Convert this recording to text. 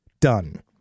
done